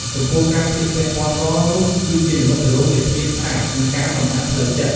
ចំពោះការស្លៀកពាក់ពណ៍សនុះគឺជានិមិត្តរូបនៃភាពស្អាត និងការសំអាតផ្លូវចិត្ត។